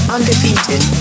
Undefeated